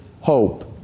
hope